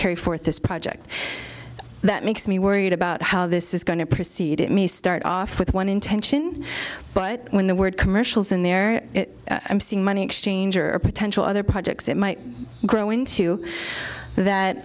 carry forth this project that makes me worried about how this is going to preceded me start off with one intention but when the word commercials and their money exchange or potential other projects it might grow into that